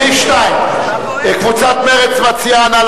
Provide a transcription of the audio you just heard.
סעיף 2, קבוצת מרצ מציעה.